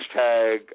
hashtag